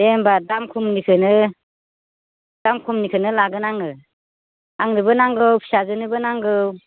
दे होमबा दाम खमनिखौनो दाम खमनिखौनो लागोन आङो आंनोबो नांगौ फिसाजोनोबो नांगौ